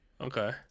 Okay